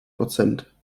prozent